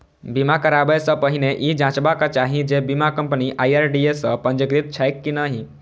बीमा कराबै सं पहिने ई जांचबाक चाही जे बीमा कंपनी आई.आर.डी.ए सं पंजीकृत छैक की नहि